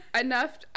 Enough